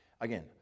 Again